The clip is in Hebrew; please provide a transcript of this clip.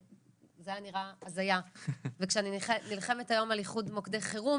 זה היה נראה הזיה וכשאני נלחמת היום על איחוד מוקדי חירום